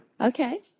Okay